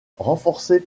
renforcée